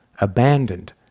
abandoned